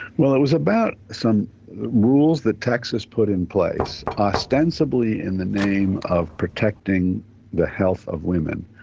well, it was about some rules that texas put in place, ostensibly in the name of protecting the health of women.